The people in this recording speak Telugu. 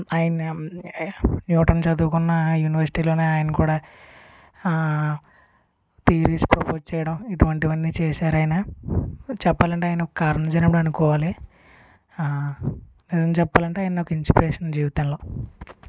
ఆయన న్యూటన్ చదువుకున్న యూనివర్సిటీ లోనే ఆయన కూడా థీరీస్ ప్రపోజ్ చేయడం ఇటువంటివన్ని చేశారాయన చెప్పాలంటే ఆయన ఒక కారణజన్ముడు అనుకోవాలి నిజం చెప్పాలంటే ఆయన నాకు ఇన్స్పిరేషన్ జీవితంలో